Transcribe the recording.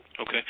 Okay